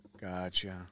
Gotcha